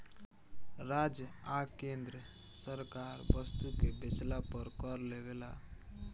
राज्य आ केंद्र सरकार वस्तु के बेचला पर कर लेवेला